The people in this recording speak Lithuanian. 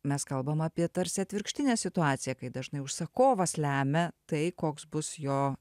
mes kalbam apie tarsi atvirkštinę situaciją kai dažnai užsakovas lemia tai koks bus jo